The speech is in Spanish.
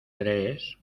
tres